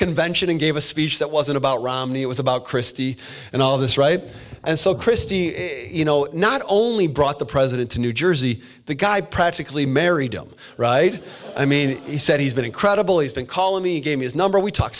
convention and gave a speech that wasn't about romney it was about christie and all of this right and so christie you know not only brought the president to new jersey the guy practically married him right i mean he said he's been incredible he's been calling me gave me his number we talk